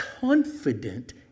confident